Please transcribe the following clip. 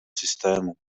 systému